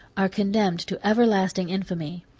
are condemned to everlasting infamy.